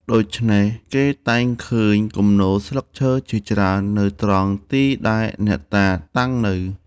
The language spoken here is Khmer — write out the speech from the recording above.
ដូច្នេះ គេតែងឃើញគំនរស្លឹកឈើជាច្រើននៅត្រង់ទីដែលអ្នកតាតាំងនៅ។